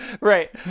Right